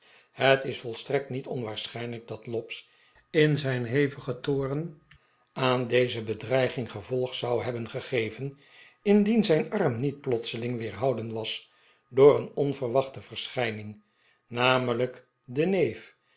het is volstrekt niet onwaarschijnlijk dat lobbs in zijn hevigen toorn aan deze bedreiging gevolg zou hebben gegeven indien zijn arm niet plotseling weerhouden was door een onverwachte verschijning namelijk den neef